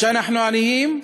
כשאנחנו עניים,